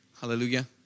Hallelujah